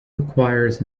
requires